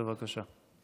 בבקשה.